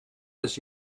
this